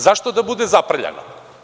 Zašto da bude zaprljano?